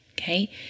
Okay